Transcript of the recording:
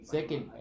Second